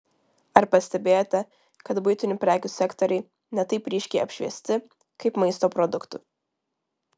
ar pastebėjote kad buitinių prekių sektoriai ne taip ryškiai apšviesti kaip maisto produktų